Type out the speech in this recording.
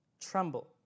tremble